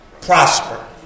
prosper